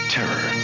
Terror